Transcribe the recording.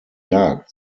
jagd